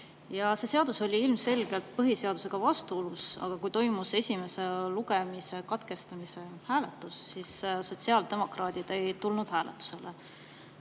See [eelnõu] oli ilmselgelt põhiseadusega vastuolus. Aga kui toimus esimese lugemise katkestamise hääletus, siis sotsiaaldemokraadid hääletusele